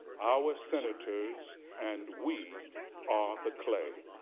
our senators and we are the clay.